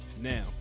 Now